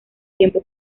tiempo